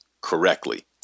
correctly